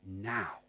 now